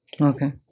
Okay